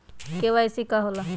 KYC का होला?